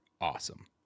awesome